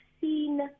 seen